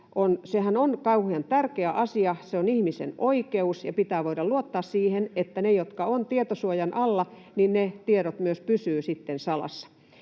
on kauhean tärkeä asia, se on ihmisen oikeus, ja pitää voida luottaa siihen, että ne tiedot, jotka ovat tietosuojan alla, myös pysyvät salassa.